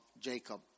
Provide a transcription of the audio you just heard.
Jacob